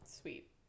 sweet